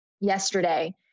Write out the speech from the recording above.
yesterday